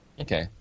Okay